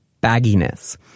bagginess